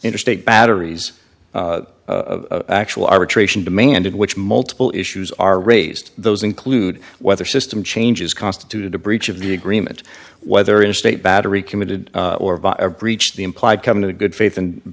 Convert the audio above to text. interstate batteries of actual arbitration demanded which multiple issues are raised those include whether system changes constitute a breach of the agreement whether in a state battery committed or by a breach the implied come to good faith and